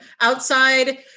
outside